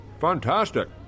fantastic